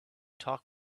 talk